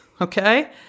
Okay